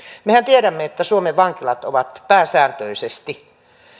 mehän tiedämme että suomen vankilat ovat pääsääntöisesti